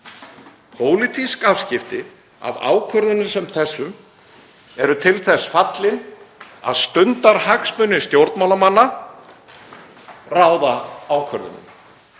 Pólitísk afskipti af ákvörðunum sem þessum eru til þess fallin að stundarhagsmunir stjórnmálamanna ráða ákvörðunum.